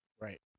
Right